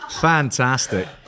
Fantastic